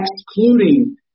excluding